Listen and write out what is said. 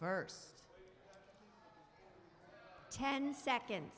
first ten seconds